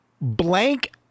Blank